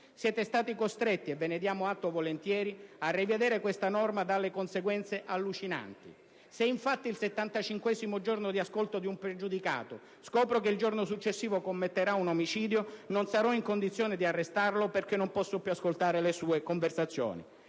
Siete stati costretti, e ve ne diamo atto volentieri, a rivedere questa norma dalle conseguenze allucinanti. Se, infatti, al settantacinquesimo giorno di ascolto di un pregiudicato si scopre che il giorno successivo commetterà un omicidio, non si sarà in condizioni di arrestarlo perché non si possono più ascoltare le sue conversazioni.